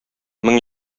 мең